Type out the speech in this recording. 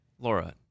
Laura